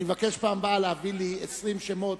אני מבקש בפעם הבאה להביא לי 20 שמות,